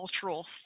cultural